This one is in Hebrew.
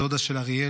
דודה של אריאל,